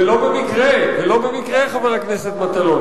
ולא במקרה, ולא במקרה, חבר הכנסת מטלון.